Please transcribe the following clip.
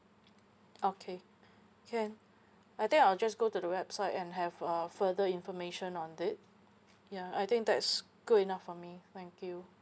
okay can I think I'll just go to the website and have uh further information on it ya I think that's good enough for me thank you